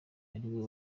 ariwe